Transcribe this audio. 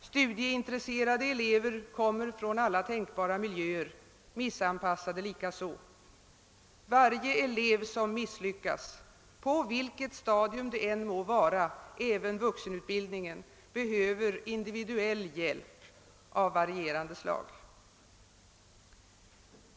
Studieintresserade elever kommer från alla tänkbara miljöer, missanpassade likaså. Varje elev som misslyckas på vilket stadium det än må vara, även inom vuxenutbildningen, behöver individuell hjälp av varierande slag.